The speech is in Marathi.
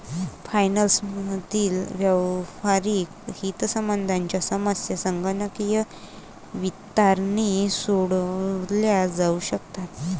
फायनान्स मधील व्यावहारिक हितसंबंधांच्या समस्या संगणकीय वित्ताने सोडवल्या जाऊ शकतात